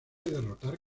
derrotar